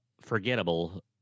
forgettable